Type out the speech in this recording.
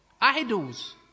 idols